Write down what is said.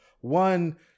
one